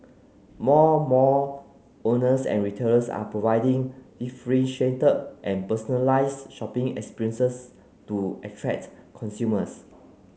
more mall owners and retailers are providing differentiated and personalised shopping experiences to attract consumers